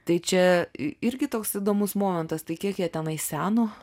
tai čia irgi toks įdomus momentas tai kiek jie tenai seno